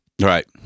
Right